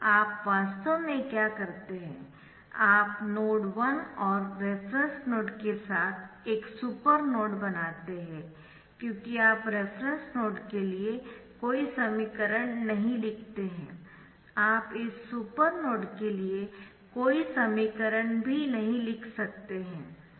आप वास्तव में क्या करते है आप नोड 1 और रेफरेन्स नोड के साथ एक सुपर नोड बनाते है क्योंकि आप रेफरेन्स नोड के लिए कोई समीकरण नहीं लिखते है आप इस सुपर नोड के लिए कोई समीकरण भी नहीं लिख सकते है